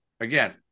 again